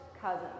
cousin